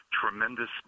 tremendous